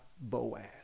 Boaz